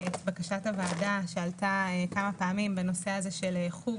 בקשת הוועדה שעלתה כמה פעמים בנושא הזה של חוג